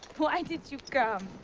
why did you come?